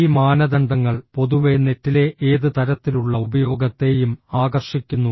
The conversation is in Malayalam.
ഈ മാനദണ്ഡങ്ങൾ പൊതുവെ നെറ്റിലെ ഏത് തരത്തിലുള്ള ഉപയോഗത്തെയും ആകർഷിക്കുന്നു